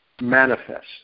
manifest